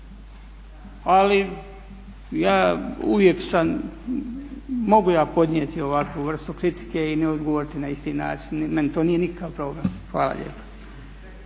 Ali ja uvijek sam, mogu ja podnijeti ovakvu vrstu kritike i ne odgovoriti na isti način. Meni to nije nikakav problem. Hvala lijepa.